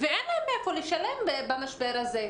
ואין להם מאיפה לשלם במשבר הזה.